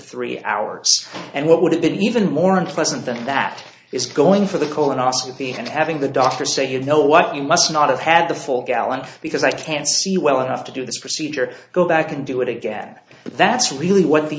three hours and what would have been even more unpleasant than that is going for the colonoscopy and having the doctor say you know what you must not have had the full gallon because i can't see well enough to do this procedure go back and do it again but that's really what the